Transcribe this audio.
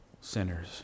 sinners